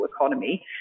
economy